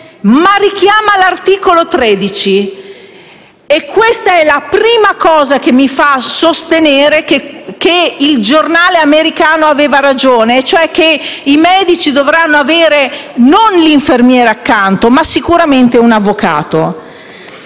ma richiama anche l'articolo 13 e questa è la prima cosa che mi fa sostenere che il giornale americano aveva ragione e cioè che i medici dovranno avere non l'infermiere accanto, ma sicuramente un avvocato.